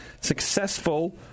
successful